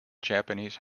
japanese